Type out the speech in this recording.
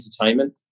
entertainment